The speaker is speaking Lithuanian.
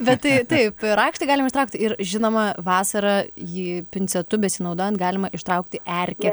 bet tai taip rakštį galim ištraukt ir žinoma vasarą jį pincetu besinaudojant galima ištraukti erkę